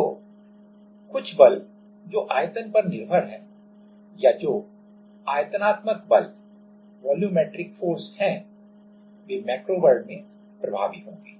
तो कुछ बल जो आयतन पर निर्भर हैं या जो आयतनात्मक बल वॉल्यूमेट्रिक फोर्स volumetric force हैं वे मैक्रो वर्ल्ड में प्रभावी होंगे